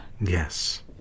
Yes